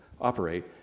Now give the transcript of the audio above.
operate